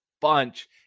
bunch